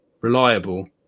reliable